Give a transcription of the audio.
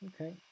okay